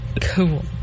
Cool